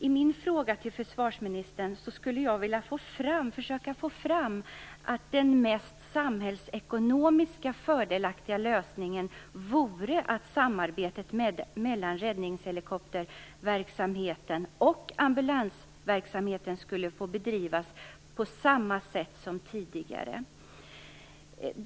I min fråga till försvarsministern försökte jag få fram att den samhällsekonomiskt mest fördelaktiga lösningen vore att samarbetet mellan räddningshelikopterverksamheten och ambulansverksamheten skulle få bedrivas på samma sätt som tidigare.